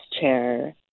chair